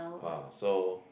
!whoa! so